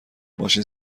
ماشین